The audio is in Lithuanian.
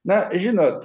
na žinot